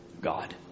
God